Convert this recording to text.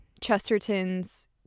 Chesterton's